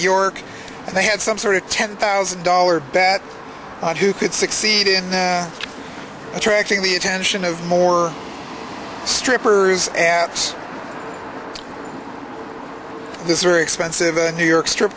york they had some sort of ten thousand dollar bet on who could succeed in attracting the attention of more strippers aps this very expensive a new york strip